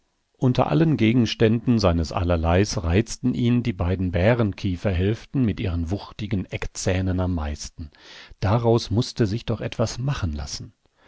unter allen gegenständen seines allerleis reizten ihn die beiden bärenkieferhälften mit ihren wuchtigen eckzähnen am meisten daraus mußte sich doch etwas machen lassen